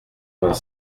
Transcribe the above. vingt